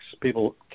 People